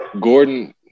Gordon